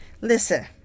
Listen